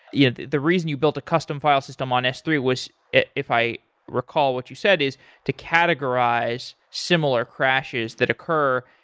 yeah the reason you built a custom file system on s three was if i recall what you said, is to categorize similar crashes that occur,